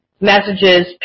messages